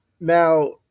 Now